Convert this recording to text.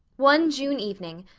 one june evening,